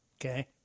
Okay